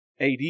AD